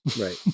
Right